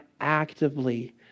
actively